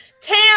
Tam